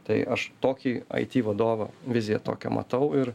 tai aš tokį aiti vadovą viziją tokią matau ir